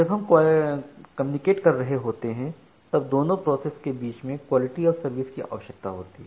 जब हम कम्युनिकेट कर रहे होते हैं तब दोनों प्रोसेस के बीच में क्वालिटी ऑफ़ सर्विस की आवश्यकता होती हैं